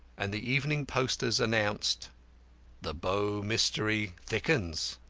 and the evening posters announced the bow mystery thickens.